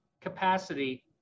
capacity